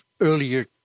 earlier